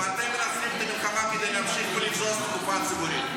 ואתם מנצלים את המלחמה כדי להמשיך ולבזוז את הקופה הציבורית,